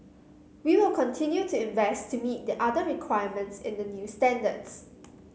we will continue to invest to meet the other requirements in the new standards